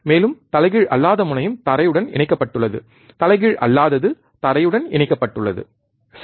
மேலும் தலைகீழ் அல்லாத முனையம் தரையுடன் இணைக்கப்பட்டுள்ளது தலைகீழ் அல்லாதது தரையுடன் இணைக்கப்பட்டுள்ளது சரி